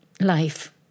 life